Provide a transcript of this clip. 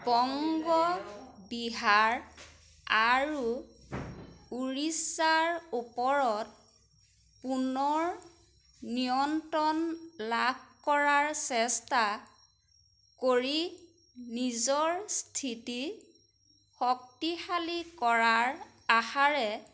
বংগ বিহাৰ আৰু উৰিষ্যাৰ ওপৰত পুনৰ নিয়ন্ত্ৰণ লাভ কৰাৰ চেষ্টা কৰি নিজৰ স্থিতি শক্তিশালী কৰাৰ আশাৰে